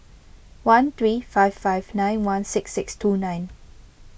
one three five five nine one six six two nine